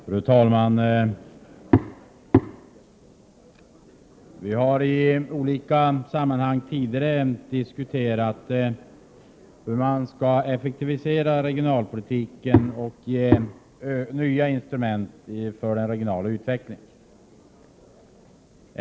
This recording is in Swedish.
Fru talman! Vi har i olika sammanhang tidigare diskuterat hur man skall effektivisera regionalpolitiken och skapa nya instrument för den regionala utvecklingen.